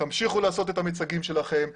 תמשיכו לעשות את המיצגים שלכם,